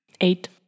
Eight